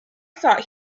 thought